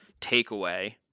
takeaway